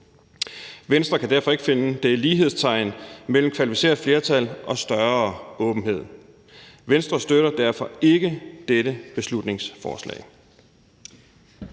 Venstre kan derfor ikke finde det lighedstegn mellem kvalificeret flertal og større åbenhed. Venstre støtter derfor ikke dette beslutningsforslag.